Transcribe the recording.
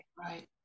Right